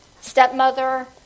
stepmother